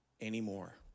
anymore